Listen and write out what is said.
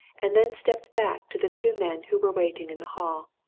and then stepped back to the two men who were waiting in the hall.